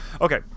Okay